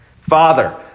Father